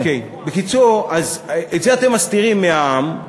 אוקיי, בקיצור, אז את זה אתם מסתירים מהעם,